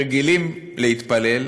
רגילים להתפלל,